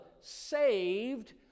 saved